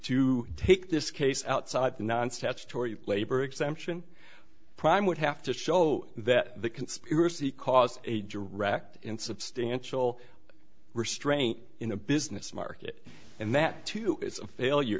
to take this case outside the non statutory labor exemption prime would have to show that the conspiracy caused a direct insubstantial restraint in a business market and that to its failure